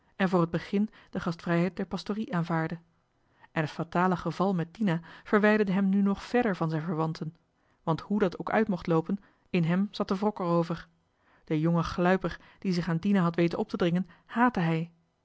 en voor het begin de gastvrijheid der pastorie aanvaardde en het fatale geval met dina verwijderde hem nu nog verder van zijn verwanten want hoe dat ook uit mocht loopen in hem zat de wrok erover den jongen gluiper die zich aan dina had weten op te dringen haatte hij